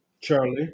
Charlie